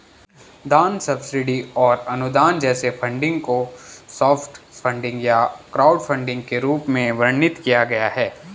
दान सब्सिडी और अनुदान जैसे फंडिंग को सॉफ्ट फंडिंग या क्राउडफंडिंग के रूप में वर्णित किया गया है